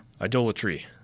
Idolatry